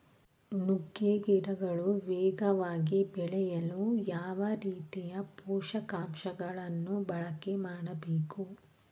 ನುಗ್ಗೆ ಗಿಡಗಳು ವೇಗವಾಗಿ ಬೆಳೆಯಲು ಯಾವ ರೀತಿಯ ಪೋಷಕಾಂಶಗಳನ್ನು ಬಳಕೆ ಮಾಡಬೇಕು?